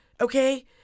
Okay